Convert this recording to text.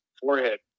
forehead